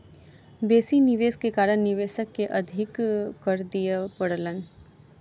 बेसी निवेश के कारण निवेशक के अधिक कर दिअ पड़लैन